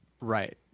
Right